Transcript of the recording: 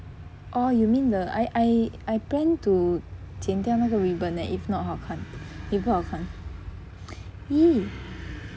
orh you mean the I I I plan to 剪掉那个 ribbon eh if not 好看 eh 不好看 !ee!